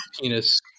penis